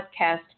podcast